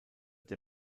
der